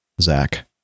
Zach